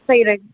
صحیح رہے گا